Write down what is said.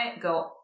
go